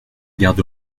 garde